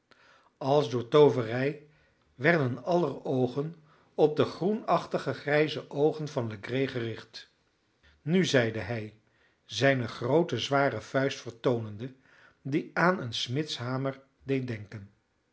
als door tooverij werden aller oogen op de groenachtige grijze oogen van legree gericht nu zeide hij zijne groote zware vuist vertoonende die aan een smidshamer deed denken